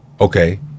okay